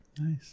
Nice